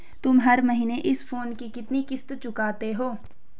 तुम हर महीने इस फोन की कितनी किश्त चुकाते हो?